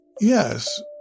Yes